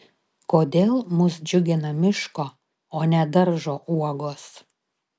kodėl mus džiugina miško o ne daržo uogos